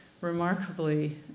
remarkably